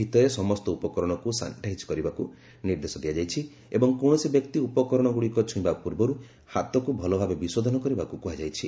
ଭିତରେ ସମସ୍ତ ଉପକରଣକୁ ସାନିଟାଇଜ୍ କରିବାକୁ ନିର୍ଦ୍ଦେଶ ଦିଆଯାଇଛି ଏବଂ କୌଶସି ବ୍ୟକ୍ତି ଉପକରଶଗୁଡ଼ିକ ଛୁଇଁବା ପୂର୍ବରୁ ହାତକୁ ଭଲଭାବେ ବିଶୋଧନ କରିବାକୁ କୁହାଯାଇଛି